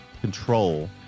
control